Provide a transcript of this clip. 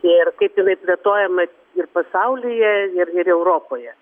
ir kaip jinai plėtojama ir pasaulyje ir ir europoje